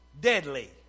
deadly